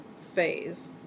phase